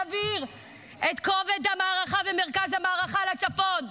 להעביר את כובד המערכה ומרכז המערכה לצפון.